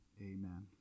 amen